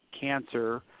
cancer